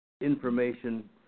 Information